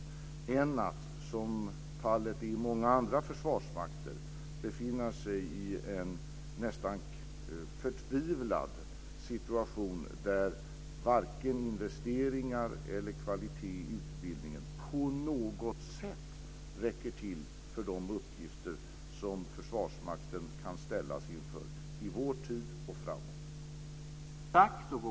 Det är bättre än att - som fallet är i många andra försvarsmakter - befinna sig i en nästan förtvivlad situation där varken investeringar eller kvalitet i utbildningen på något sätt räcker till för de uppgifter som Försvarsmakten kan ställas inför i vår tid och framåt.